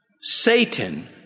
Satan